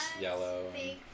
yellow